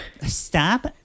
stop